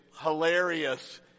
hilarious